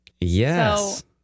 Yes